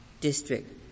district